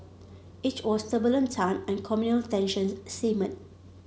it was turbulent time and communal tensions simmered